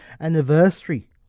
anniversary